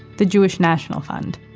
the jewish national fund.